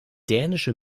dänische